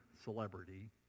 celebrity